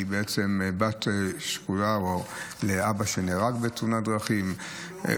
בעצם בת שכולה לאבא שנהרג בתאונת דרכים.